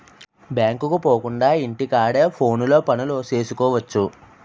బ్యాంకుకు పోకుండా ఇంటి కాడే ఫోనులో పనులు సేసుకువచ్చు